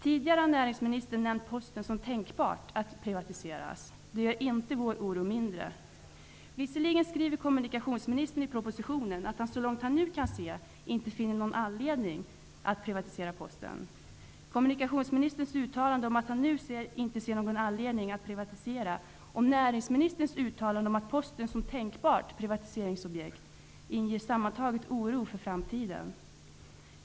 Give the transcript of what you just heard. Näringsministern har tidigare nämnt Posten som tänkbar för en privatisering, vilket inte gör vår oro mindre. Visserligen skriver kommunikationsministern i propositionen att han så långt han nu kan se inte finner någon anledning att privatisera Posten. Kommunikationsministerns uttalanden om att han nu inte ser någon anledning att privatisera och näringsministerns uttalanden om Posten som tänkbart privatiseringsprojekt inger sammantaget oro för framtiden.